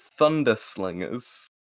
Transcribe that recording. Thunderslingers